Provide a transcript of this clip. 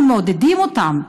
אנו מעודדים אותם,